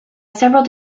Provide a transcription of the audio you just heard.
several